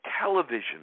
television